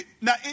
Now